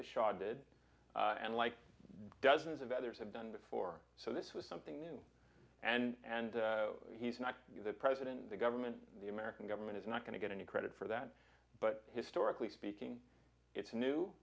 the shah did and like dozens of others have done before so this was something new and he's not the president the government the american government is not going to get any credit for that but historically speaking it's new